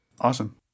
Awesome